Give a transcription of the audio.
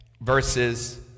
verses